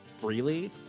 freely